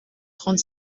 trente